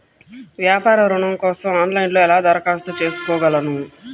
వ్యాపార ఋణం కోసం ఆన్లైన్లో ఎలా దరఖాస్తు చేసుకోగలను?